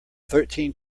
thirteen